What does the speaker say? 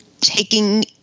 taking